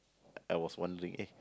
I was wondering in